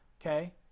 okay